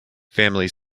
family